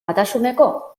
batasuneko